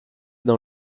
dans